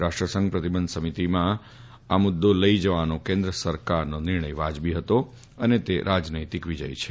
રાષ્ટ્રસંઘ પ્રતિબંધ સમિતિમાં આ મુદ્દો લઈ જવાનો કેન્દ્ર સરકારનો નિર્ણય વાજબી હતો અને તે રાજનૈતિક વિજય છે